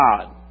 God